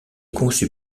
conçu